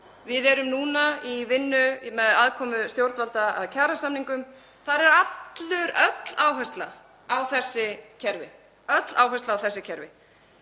Við erum núna í vinnu við aðkomu stjórnvalda að kjarasamningum. Þar er öll áherslan á þessi kerfi, öll áhersla. Það væri